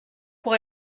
pour